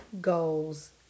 goals